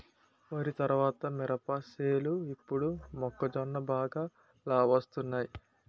వరి తరువాత మినప సేలు ఇప్పుడు మొక్కజొన్న బాగా లాబాలొస్తున్నయ్